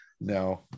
No